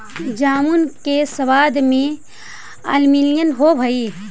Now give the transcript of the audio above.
जामुन के सबाद में अम्लीयन होब हई